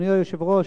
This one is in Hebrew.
אדוני היושב-ראש,